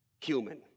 human